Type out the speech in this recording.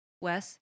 Wes